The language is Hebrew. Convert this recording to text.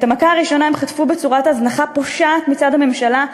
את המכה הראשונה הם חטפו בצורת הזנחה פושעת מצד הממשלה,